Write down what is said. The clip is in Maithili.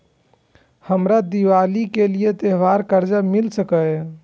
हमरा दिवाली के लिये त्योहार कर्जा मिल सकय?